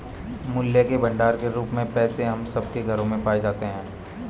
मूल्य के भंडार के रूप में पैसे हम सब के घरों में पाए जाते हैं